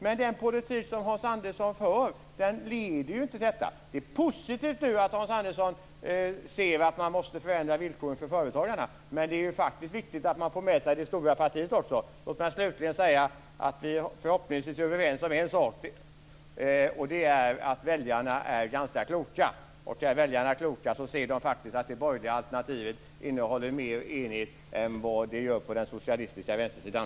Men den politik som Hans Andersson för leder inte till detta. Det är positivt att Hans Andersson nu ser att man måste förändra villkoren för företagarna. Men det är faktiskt viktigt att man får med sig det stora partiet också. Låt mig slutligen säga att vi förhoppningsvis är överens om en sak. Det är att väljarna är ganska kloka. Är väljarna kloka så ser de faktiskt att det borgerliga alternativet innehåller mer enighet än vad som finns på den socialistiska vänstersidan.